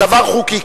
הדבר חוקי,